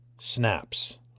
snaps